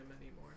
anymore